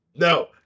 No